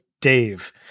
Dave